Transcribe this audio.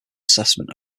assessment